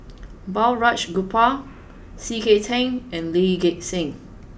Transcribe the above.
Balraj Gopal C K Tang and Lee Gek Seng